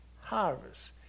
harvest